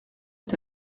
est